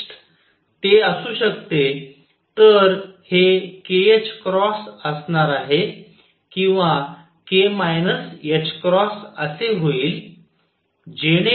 next ते असू शकते तर हे kℏ असणार आहे किंवा k असे होईल